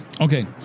Okay